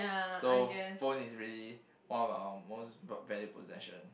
so phone is really one of our most valued possession